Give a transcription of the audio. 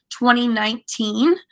2019